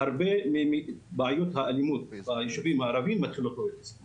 שהרבה מבעיות האלימות בישובים מתחילות בבתי הספר.